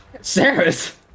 Sarah's